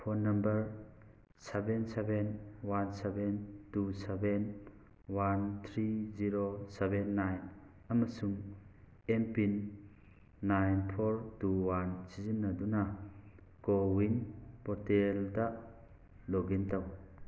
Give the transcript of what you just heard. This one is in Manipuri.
phone number seven seven one seven two seven one three zero seven nine ꯑꯃꯁꯨꯡ M PIN nine four two one ꯁꯤꯖꯤꯟꯅꯗꯨꯅ ꯀꯣꯋꯤꯟ ꯄꯣꯔꯇꯦꯜꯗ ꯂꯣꯒ ꯏꯟ ꯇꯧ